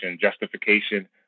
justification